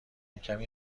کمی